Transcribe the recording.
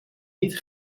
niet